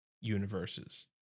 universes